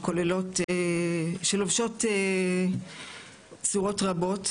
שכוללות שלובשות צורות רבות,